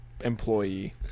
employee